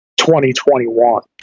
2021